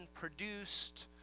produced